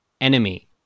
enemy